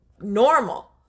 normal